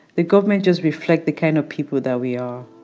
the government just reflect the kind of people that we are